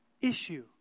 issue